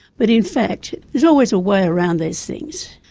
but in fact there's always a way around these things.